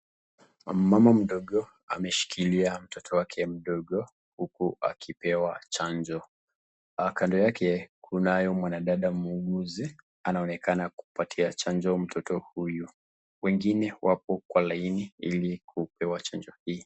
Mama mdogo ameshikilia mtoto wake mdogo huku akipewa chanjo. Kando yake kunaye mwanadada muuguzi anaonekana kupatia chanjo mtoto huyo. Wengine wapo kwa laini ili kupewa chanjo hii.